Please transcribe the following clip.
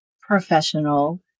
professional